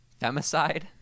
femicide